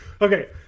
Okay